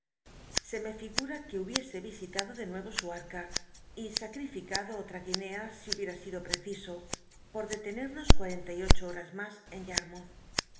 se me figura que hubiese visitado de nuevo su llca y sacri ficad o otra guinea si hubiera sido jll'eciso por dclemos cua enla y ocho horas mas en